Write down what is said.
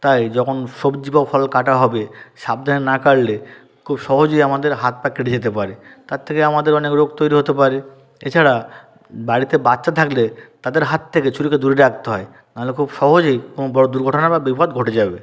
তাই যখন সবজি বা ফল কাটা হবে সাবধানে না কাটলে খুব সহজেই আমাদের হাত পা কেটে যেতে পারে তার থেকে আমাদের অনেক রোগ তৈরি হতে পারে এছাড়া বাড়িতে বাচ্চা থাকলে তাদের হাত থেকে ছুরিকে দূরে রাখতে হয় নাহলে খুব সহজেই কোনো বড়ো দুর্ঘটনা বা বিপদ ঘটে যাবে